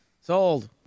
Sold